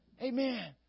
Amen